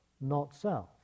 not-self